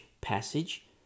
passage